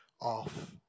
off